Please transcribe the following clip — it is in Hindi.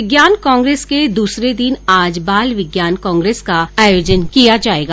विज्ञान कांग्रेस के द्रसरे दिन आज बाल विज्ञान कांग्रेस का आयोजन किया जाएगा